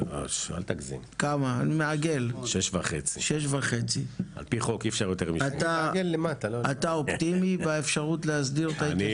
6.5. אתה אופטימי באפשרות להסדיר את ההתיישבות?